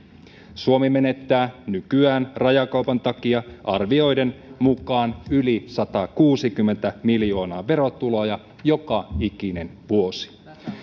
suomi menettää nykyään rajakaupan takia arvioiden mukaan yli satakuusikymmentä miljoonaa verotuloja joka ikinen vuosi